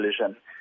collision